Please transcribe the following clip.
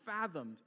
fathomed